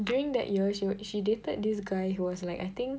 during that year she would she dated this guy who was like I think